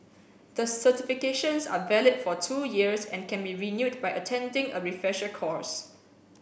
the certifications are valid for two years and can be renewed by attending a refresher course